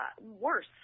Worse